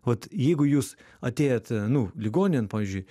vat jeigu jūs atėjot a nu ligoninėn pavyzdžiui